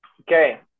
Okay